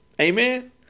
Amen